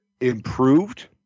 improved